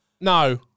No